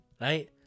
right